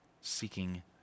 seeking